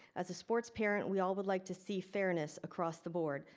as a sports parent, we all would like to see fairness across the board.